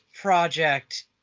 project